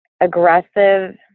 aggressive